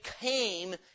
came